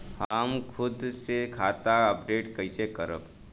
हम खुद से खाता अपडेट कइसे करब?